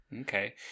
okay